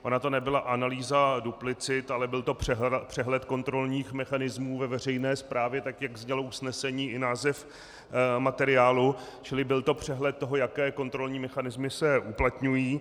Ona to nebyla analýza duplicit, ale byl to přehled kontrolních mechanismů ve veřejné správě, tak jak znělo usnesení i název materiálu, čili byl to přehled toho, jaké kontrolní mechanismy se uplatňují.